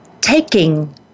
taking